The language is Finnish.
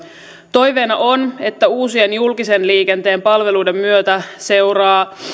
toiveena on että uusien julkisen liikenteen palveluiden myötä seuraa